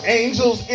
angels